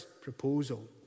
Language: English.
proposal